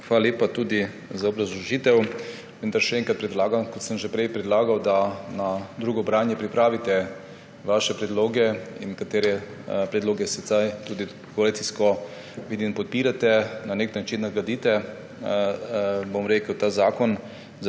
Hvala lepa tudi za obrazložitev. Vendar še enkrat predlagam, kot sem že prej predlagal, da za drugo branje pripravite svoje predloge – nekatere predloge sedaj tudi koalicijsko, vidim, podpirate – na nek način nadgradite ta zakon.